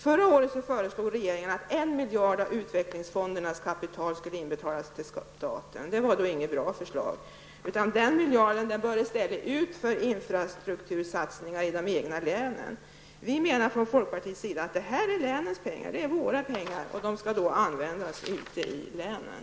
Förra året föreslog regeringen att 1 miljard av utvecklingsfondernas kapital skulle betalas in till staten. Det var inget bra förslag. Den miljarden bör i stället användas för infrastruktursatsningar i de egna länen. Från folkpartiets sida menar vi att detta är länets pengar. Det är våra pengar, och de skall användas ute i länen.